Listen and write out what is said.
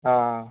ആ